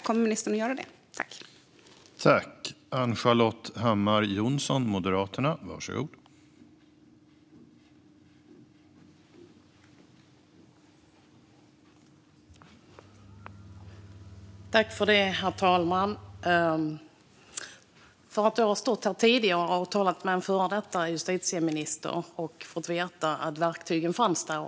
Kommer ministern att komma med ett sådant?